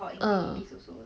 uh